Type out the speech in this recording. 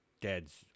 dad's